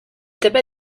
tapa